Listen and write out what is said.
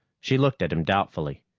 she looked at him doubtfully.